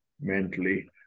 mentally